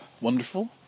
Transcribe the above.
Wonderful